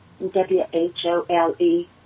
W-H-O-L-E